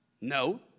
No